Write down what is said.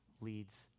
leads